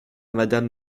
madame